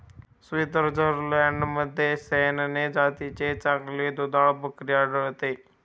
स्वित्झर्लंडमध्ये सॅनेन जातीची चांगली दुधाळ बकरी आढळते